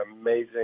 amazing